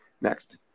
Next